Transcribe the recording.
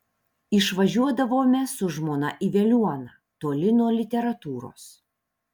išvažiuodavome su žmona į veliuoną toli nuo literatūros